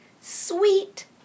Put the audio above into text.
Sweet